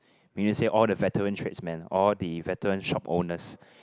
when you say all the veterans tracks man all the veterans shop owners